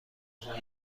شما